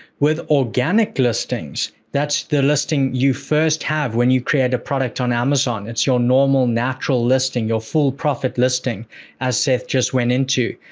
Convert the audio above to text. with organic listings, that's the listing you first have when you create a product on amazon, it's your normal, natural listing, your full profit listing as seth just went into.